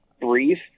brief